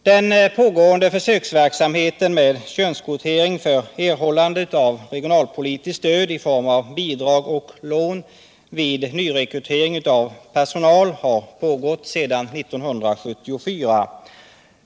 Den pågående försöksverksamheten med könskvotering för erhållande av regionalpolitiskt stöd i form av bidrag och lån vid nyrekrytering av personal har pågått sedan 1974.